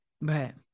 Right